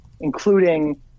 including